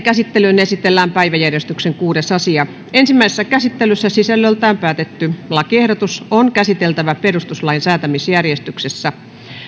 käsittelyyn esitellään päiväjärjestyksen kuudes asia ensimmäisessä käsittelyssä sisällöltään päätetty lakiehdotus on käsiteltävä perustuslain säätämisjärjestyksessä